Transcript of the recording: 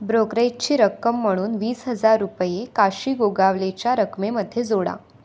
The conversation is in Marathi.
ब्रोकरेजची रक्कम म्हणून वीस हजार रुपये काशी गोगावलेच्या रकमेमध्ये जोडा